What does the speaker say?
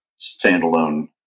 standalone